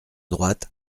droite